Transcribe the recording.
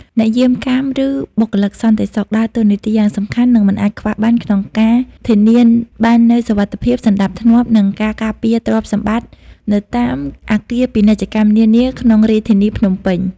អ្នកយាមកាម ឬបុគ្គលិកសន្តិសុខ ដើរតួនាទីយ៉ាងសំខាន់ និងមិនអាចខ្វះបានក្នុងការធានាបាននូវសុវត្ថិភាព សណ្ដាប់ធ្នាប់ និងការការពារទ្រព្យសម្បត្តិនៅតាមអគារពាណិជ្ជកម្មនានា ក្នុងរាជធានីភ្នំពេញ។